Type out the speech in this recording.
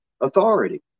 authority